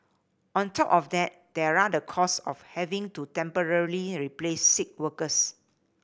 on top of that there are the cost of having to temporarily replace sick workers